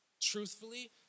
truthfully